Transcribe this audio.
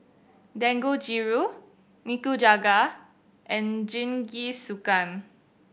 Dangojiru Nikujaga and Jingisukan